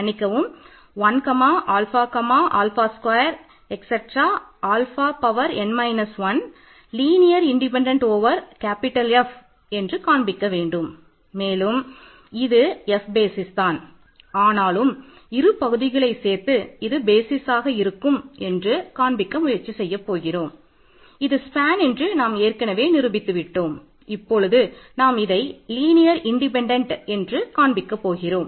மன்னிக்கவும் 1 ஆல்ஃபா 0வாக இருக்கும் என்று நாம் காண்பிக்க போகிறோம்